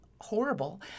horrible